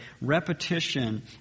repetition